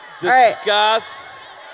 Discuss